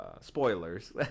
Spoilers